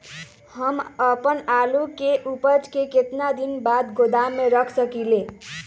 हम अपन आलू के ऊपज के केतना दिन बाद गोदाम में रख सकींले?